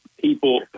people